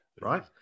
right